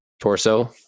torso